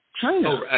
China